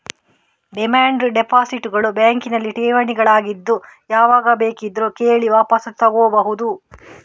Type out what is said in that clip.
demand deposit ಗಳು ಬ್ಯಾಂಕಿನಲ್ಲಿ ಠೇವಣಿಗಳಾಗಿದ್ದು ಯಾವಾಗ ಬೇಕಿದ್ರೂ ಕೇಳಿ ವಾಪಸು ತಗೋಬಹುದು